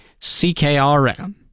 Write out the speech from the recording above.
CKRM